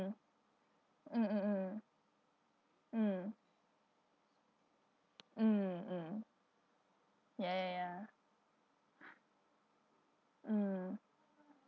(mm)(mm)(mm)(mm)(mm)(mm)ya ya ya mm